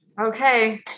Okay